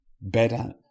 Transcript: better